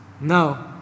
No